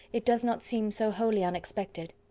it does not seem so wholly unexpected.